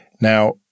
Now